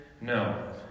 No